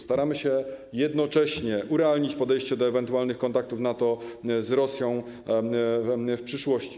Staramy się jednocześnie urealnić podejście do ewentualnych kontaktów NATO z Rosją w przyszłości.